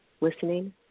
listening